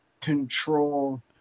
control